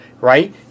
right